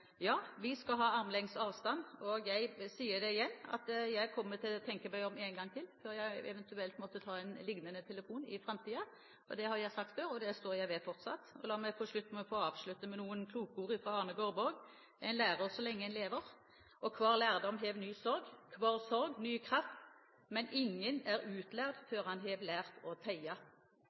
Ja, vi skal ha armlengdes avstand, og jeg sier igjen at jeg kommer til å tenke meg om en gang til før jeg eventuelt måtte ta en lignende telefon i framtiden. Det har jeg sagt før, og det står jeg ved fortsatt. La meg få avslutte med noen kloke ord av Arne Garborg: «Ein lærer så lenge ein lever, og kvar lærdom hev ny sorg. Kvar sorg ny kraft. Men ingen er utlærd før han hev lært å teia.»